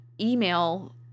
Email